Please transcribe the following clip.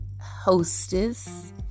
hostess